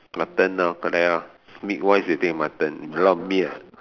mutton lor correct lor meat wise you take mutton a lot of meat eh